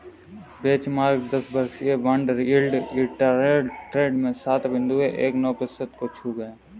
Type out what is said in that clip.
benchmark दस वर्षीय bond yield intraday trade में सात बिंदु एक नौ प्रतिशत को छू गया